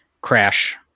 crash